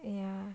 ya